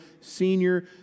senior